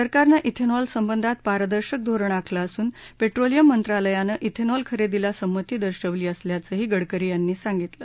सरकारन अेनॉल संबंधात पारदर्शक धोरण आखलं असून पेट्रोलियम मंत्रालयानं अेनॉल खरेदीला संमती दर्शवली असल्याचही गडकरी यांनी सांगितलं